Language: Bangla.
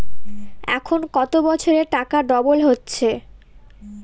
এখন কত বছরে টাকা ডবল হচ্ছে?